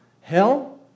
hell